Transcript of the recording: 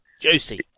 juicy